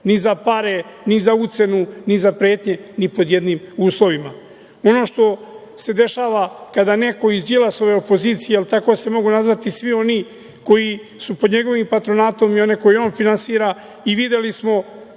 ni za pare, ni za ucenu, ni za pretnje ni pod jednim uslovima. Ono što se dešava kada neko iz Đilasove opozicije, jer tako se mogu nazvati svi oni koji su pod njegovim patronatom i one koje on finansira, i videli smo